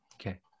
Okay